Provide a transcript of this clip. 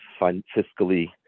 fiscally